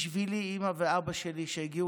בשבילי אימא ואבא שלי,